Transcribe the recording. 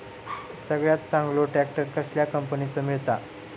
सगळ्यात चांगलो ट्रॅक्टर कसल्या कंपनीचो मिळता?